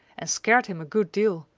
and scared him a good deal,